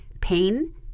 pain